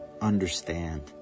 understand